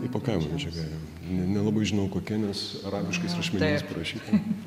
įpakavimo medžiaga jo ne nelabai žinau kokia medžiaga nes arabiškais rašmenimis parašyta